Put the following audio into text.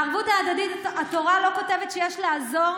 בערבות ההדדית התורה לא כותבת שיש לעזור,